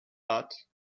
that